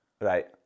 Right